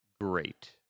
great